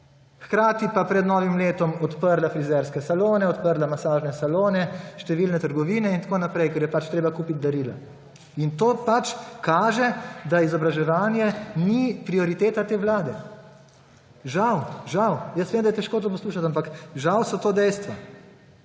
hkrati pa pred novim letom odprla frizerske salone, odprla masažne salone, številne trgovine in tako naprej, ker je pač treba kupiti darila. To kaže, da izobraževanje ni prioriteta te vlade. Žal. Žal, jaz vem, da je težko to poslušati, ampak žal so to dejstva.